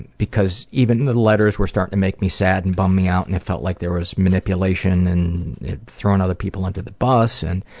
because even the letters were starting to make me sad and bum me out, and it felt like there was manipulation and throwing other people under the bus. and